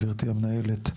גברתי המנהלת,